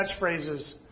catchphrases